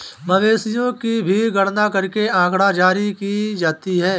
मवेशियों की भी गणना करके आँकड़ा जारी की जाती है